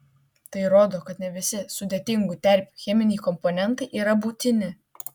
tai įrodo kad ne visi sudėtingų terpių cheminiai komponentai yra būtini